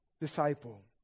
disciple